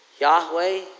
Yahweh